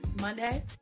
Monday